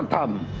om